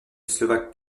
slovaque